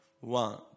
One